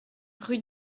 rue